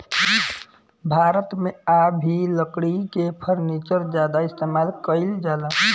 भारत मे आ भी लकड़ी के फर्नीचर ज्यादा इस्तेमाल कईल जाला